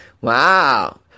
Wow